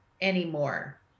anymore